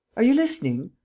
are you listening.